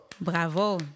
Bravo